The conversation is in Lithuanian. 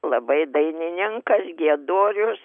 labai dainininkas giedorius